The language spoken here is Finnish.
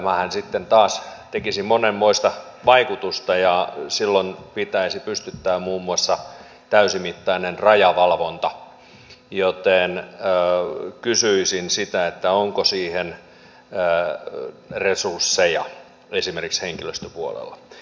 tämähän sitten taas tekisi monenmoista vaikutusta ja silloin pitäisi pystyttää muun muassa täysimittainen rajavalvonta joten kysyisin sitä onko siihen resursseja esimerkiksi henkilöstöpuolella